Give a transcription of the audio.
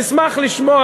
נשמח לשמוע,